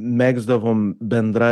megzdavom bendra